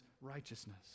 righteousness